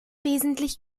wesentlich